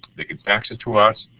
they can fax it to us,